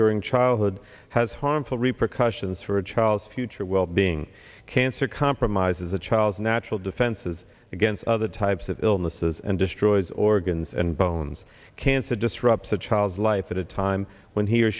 during childhood has harmful repercussions for a child's future well being cancer compromises the child's natural defenses against other types of illnesses and destroys organs and bones cancer disrupts a child's life at a time when he or